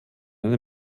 eine